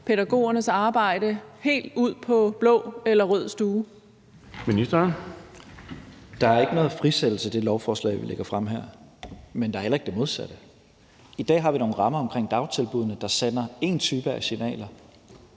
09:48 Børne- og undervisningsministeren (Mattias Tesfaye): Der er ikke nogen frisættelse i det lovforslag, vi lægger frem her, men der er heller ikke det modsatte. I dag har vi nogle rammer omkring dagtilbuddene, der sender en bestemt type af signaler.